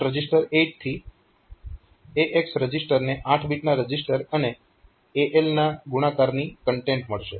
તો MUL reg8 થી AX રજીસ્ટરને 8 બીટના રજીસ્ટર અને AL ના ગુણાકારનું કન્ટેન્ટ મળશે